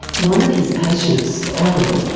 one of his patients, ali,